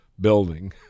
building